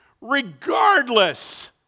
regardless